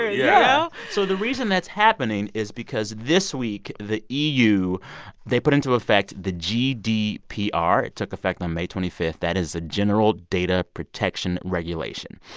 yeah so the reason that's happening is because, this week, the eu they put into effect the gdpr. it took effect on may twenty five. that is the general data protection regulation.